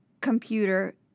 computer